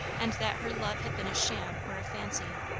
and that her love had been a sham or a fancy.